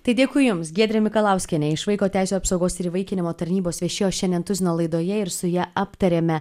tai dėkui jums giedrė mikalauskienė iš vaiko teisių apsaugos ir įvaikinimo tarnybos viešėjo šiandien tuzino laidoje ir su ja aptarėme